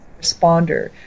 responder